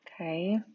Okay